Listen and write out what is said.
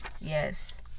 yes